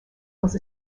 was